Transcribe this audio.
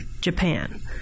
Japan